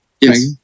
Yes